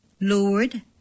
Lord